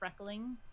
freckling